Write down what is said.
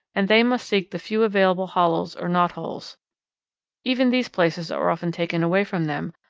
and they must seek the few available hollows or knot-holes. even these places are often taken away from them,